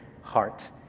heart